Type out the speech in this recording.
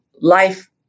life